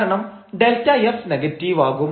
കാരണം Δf നെഗറ്റീവാകും